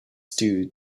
stew